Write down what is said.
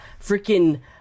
Freaking